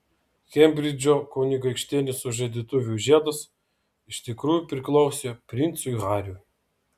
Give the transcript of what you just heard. kembridžo kunigaikštienės sužadėtuvių žiedas iš tikrųjų priklausė princui hariui